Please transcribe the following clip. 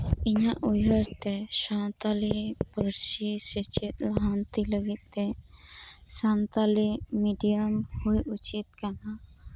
ᱤᱧᱟᱹᱜ ᱩᱭᱦᱟᱹᱨ ᱛᱮ ᱥᱟᱱᱛᱟᱲᱤ ᱯᱟᱹᱨᱥᱤ ᱥᱮᱪᱮᱫ ᱞᱟᱦᱟᱱᱛᱤ ᱞᱟᱹᱜᱤᱫ ᱛᱮ ᱥᱟᱱᱛᱟᱲᱤ ᱢᱮᱰᱤᱭᱟᱢ ᱦᱩᱭ ᱩᱪᱤᱛ ᱠᱟᱱᱟ